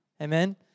Amen